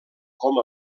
com